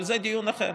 אבל זה דיון אחר.